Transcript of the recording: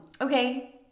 Okay